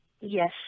Yes